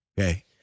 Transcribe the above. okay